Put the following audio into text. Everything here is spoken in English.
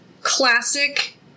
classic